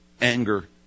anger